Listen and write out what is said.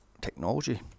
technology